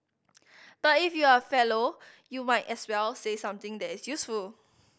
but if you are a fellow you might as well say something that is useful